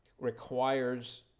requires